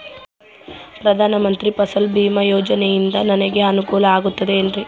ಪ್ರಧಾನ ಮಂತ್ರಿ ಫಸಲ್ ಭೇಮಾ ಯೋಜನೆಯಿಂದ ನನಗೆ ಅನುಕೂಲ ಆಗುತ್ತದೆ ಎನ್ರಿ?